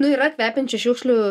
nu yra kvepiančių šiukšlių